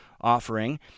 offering